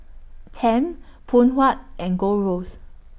Tempt Phoon Huat and Gold Roast